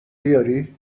بیاری